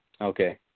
Okay